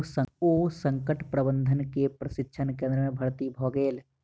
ओ संकट प्रबंधन के प्रशिक्षण केंद्र में भर्ती भ गेला